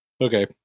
Okay